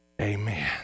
Amen